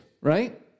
right